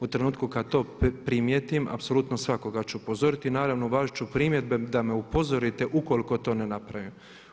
U trenutku kada to primijetim apsolutno svakoga ću upozoriti i naravno uvažit ću primjedbe da me upozorite ukoliko to ne napravi.